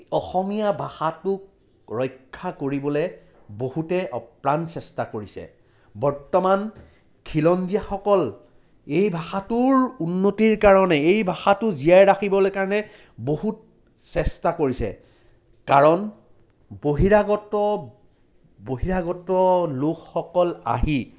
অসমীয়া ভাষাটোক ৰক্ষা কৰিবলৈ বহুতে অপ্ৰাণ চেষ্টা কৰিছে বৰ্তমান খিলঞ্জীয়াসকল এই ভাষাটোৰ উন্নতিৰ কাৰণে এই ভাষাটো জীয়াই ৰাখিবলৈ কাৰণে বহুত চেষ্টা কৰিছে কাৰণ বহিৰাগত বহিৰাগত লোকসকল আহি